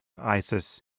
ISIS